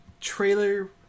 trailer